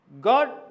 God